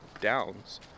downs